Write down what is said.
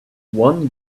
one